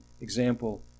example